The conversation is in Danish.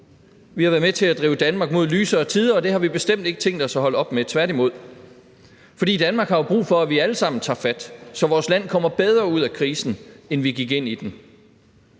Vi har været med til at drive Danmark mod lysere tider, og det har vi bestemt ikke tænkt os at holde op med, tværtimod. For Danmark har brug for, at vi alle sammen tager fat, så vores land kommer bedre ud af krisen, end vi gik ind i den,